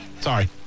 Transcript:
Sorry